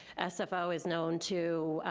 sfo is known to,